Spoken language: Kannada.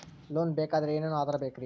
ಲೋನ್ ಬೇಕಾದ್ರೆ ಏನೇನು ಆಧಾರ ಬೇಕರಿ?